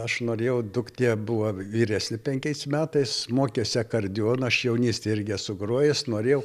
aš norėjau duktė buvo vyresnė penkiais metais mokėsi akordeono aš jaunystėje irgi esu grojęs norėjau